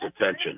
attention